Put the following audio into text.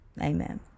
amen